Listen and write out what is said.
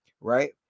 right